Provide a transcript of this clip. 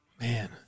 Man